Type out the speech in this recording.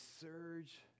surge